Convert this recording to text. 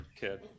kid